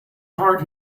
heart